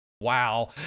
Wow